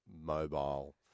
mobile